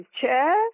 chair